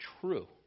true